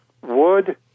wood